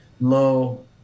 low